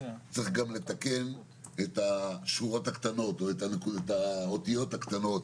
צריך גם לתקן את השורות הקטנות או את האותיות הקטנות